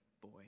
boy